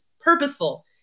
purposeful